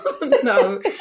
No